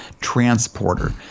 transporter